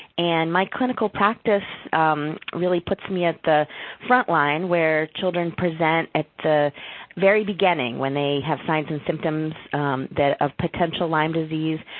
and my clinical practice really puts me at the front line where children present at the very beginning when they have signs and symptoms of potential lyme disease,